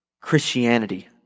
Christianity